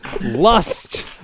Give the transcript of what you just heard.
lust